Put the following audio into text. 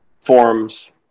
forms